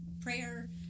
prayer